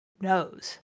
knows